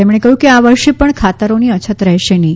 તેમણે કહ્યું કે આ વર્ષે પણ ખાતરોની અછત રહેશે નહીં